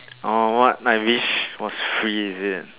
oh what I wish was free is it